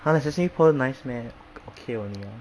!huh! the sesame pearl nice meh okay only lah